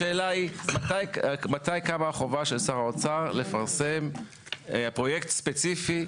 השאלה היא מתי קמה החובה של שר האוצר לפרסם פרויקט ספציפי,